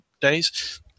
days